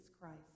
Christ